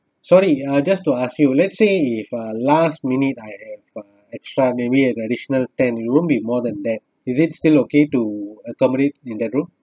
sorry uh just to ask you let say if uh last minute I had got extra maybe an additional ten it won't be more than that is it still okay to accommodate in that room